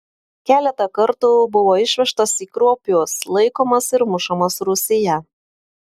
keletą kartų buvo išvežtas į kruopius laikomas ir mušamas rūsyje